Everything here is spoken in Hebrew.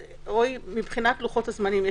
מבחינת לוחות הזמנים,